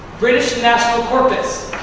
british national corpus.